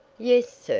yes, sir,